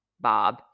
Bob